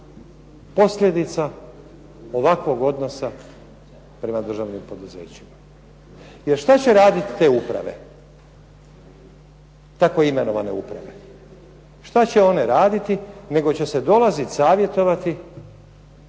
posljedica ovakvog odnosa prema državnim poduzećima. Jer šta će raditi te uprave, tako imenovane uprave? Šta će one raditi nego će se dolaziti savjetovati